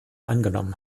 angenommen